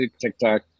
TikTok